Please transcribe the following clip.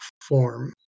form